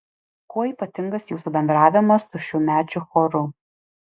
kuo ypatingas jūsų bendravimas su šiųmečiu choru